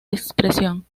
expresión